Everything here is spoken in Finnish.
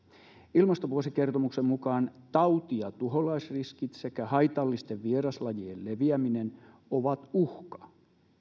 ilmastovuosikertomuksen mukaan tauti ja tuholaisriskit sekä haitallisten vieraslajien leviäminen ovat uhka